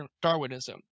Darwinism